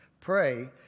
pray